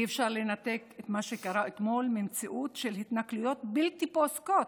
אי-אפשר לנתק את מה שקרה אתמול ממציאות של התנכלויות בלתי פוסקות